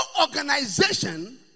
organization